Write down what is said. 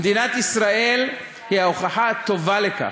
ומדינת ישראל היא ההוכחה הטובה לכך: